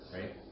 right